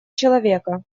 человека